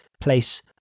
place